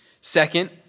Second